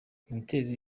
imiterere